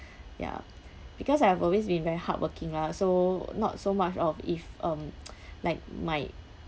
ya because I have always been very hardworking mah so not so much of if um like my